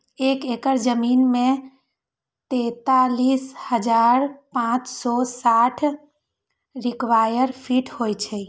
एक एकड़ जमीन में तैंतालीस हजार पांच सौ साठ स्क्वायर फीट होई छई